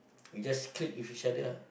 we just click with each other ah